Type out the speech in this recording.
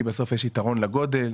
כי בסוף יש יתרון לגודל.